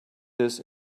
this